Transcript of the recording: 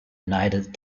united